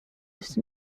used